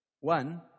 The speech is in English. One